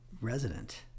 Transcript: resident